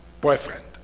boyfriend